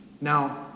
Now